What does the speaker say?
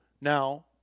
now